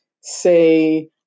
say